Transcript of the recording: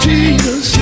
Jesus